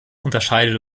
unterscheidet